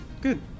Good